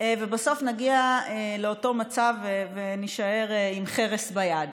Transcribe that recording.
ובסוף נגיע לאותו מצב ונישאר עם חרס ביד.